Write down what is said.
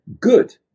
good